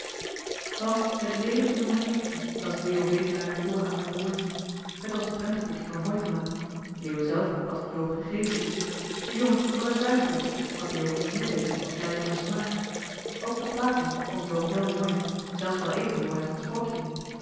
van het leelijke jonge eendje las leo wedelaar voor aan zijn broertje t was het prentenboekje van hoytema leo zelf had het joop gegeven de jongen was er zuinig op wat leo plezier deed als blijk van smaak ook de platen vond joop heel mooi zelfs wel even mooi als het sprookje